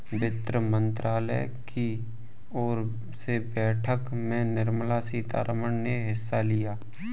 वित्त मंत्रालय की ओर से बैठक में निर्मला सीतारमन ने हिस्सा लिया